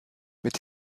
mit